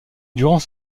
durant